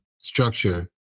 structure